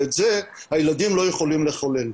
ואת זה הילדים לא יכולים לחולל,